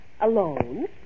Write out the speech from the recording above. Alone